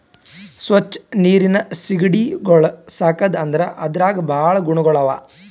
ಸ್ವಚ್ ನೀರಿನ್ ಸೀಗಡಿಗೊಳ್ ಸಾಕದ್ ಅಂದುರ್ ಅದ್ರಾಗ್ ಭಾಳ ಗುಣಗೊಳ್ ಅವಾ